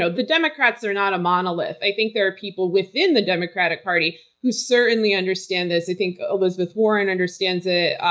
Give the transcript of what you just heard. the democrats are not a monolith. i think there are people within the democratic party who certainly understand this. i think elizabeth warren understands it.